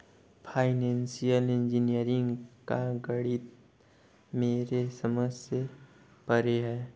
financial engineering का गणित मेरे समझ से परे है